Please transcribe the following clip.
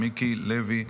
מיקי לוי,